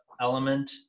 element